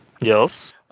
Yes